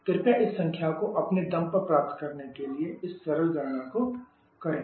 कृपया इस संख्या को अपने दम पर प्राप्त करने के लिए इस सरल गणना को करें